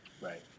Right